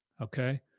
Okay